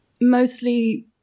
Mostly